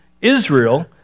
Israel